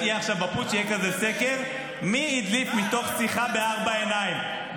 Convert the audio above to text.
בפוש יהיה כזה סקר מי הדליף מתוך שיחה בארבע עיניים -- אתה צבוע,